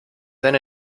then